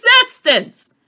existence